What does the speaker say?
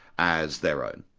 as their own.